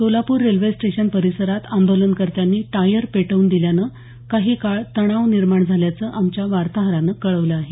Solapur railway station परिसरात आंदोलनकर्त्यांनी tyre पेटवून दिल्यानं काही काळ तणाव निर्माण झाल्याचं आमच्या वार्ताहरानं कळवलं आहे